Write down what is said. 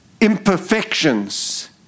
imperfections